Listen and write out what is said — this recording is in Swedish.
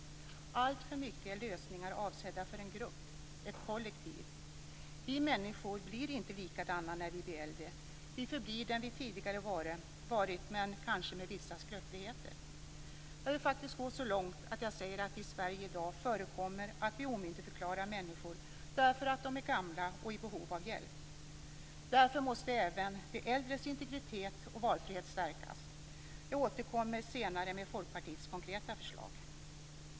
Alltför mycket är lösningar avsedda för en grupp, ett kollektiv. Vi människor blir inte lika när vi blir äldre; vi förblir dem vi har varit tidigare men kanske med vissa skröpligheter. Jag vill faktiskt gå så långt att jag säger att det i Sverige i dag förekommer att vi omyndigförklarar människor därför att de är gamla och i behov av hjälp. Därför måste även de äldres integritet och valfrihet stärkas. Jag återkommer senare med Folkpartiets konkreta förslag.